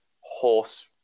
horse